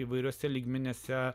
įvairiuose lygmenyse